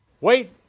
Wait